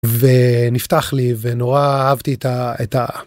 ונפתח לי, ונורא אהבתי את ה...